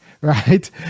right